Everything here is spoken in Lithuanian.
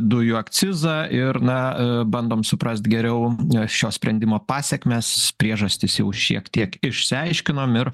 dujų akcizą ir na bandom suprast geriau šio sprendimo pasekmes priežastis jau šiek tiek išsiaiškinom ir